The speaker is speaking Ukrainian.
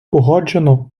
погоджено